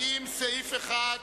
עם סעיף 01,